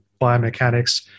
biomechanics